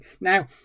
Now